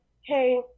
hey